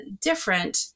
different